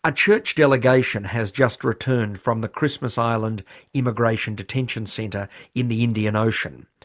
a church delegation has just returned from the christmas island immigration detention centre in the indian ocean.